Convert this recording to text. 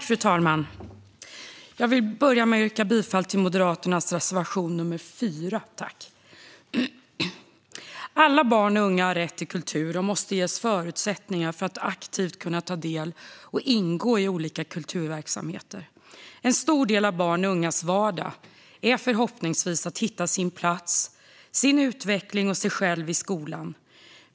Fru talman! Jag vill börja med att yrka bifall till Moderaternas reservation nr 4. Alla barn och unga har rätt till kultur och måste ges förutsättningar för att aktivt kunna ta del av och ingå i olika kulturverksamheter. En stor del av barns och ungas vardag är förhoppningsvis att hitta sin plats, sin utveckling och sig själv i skolan.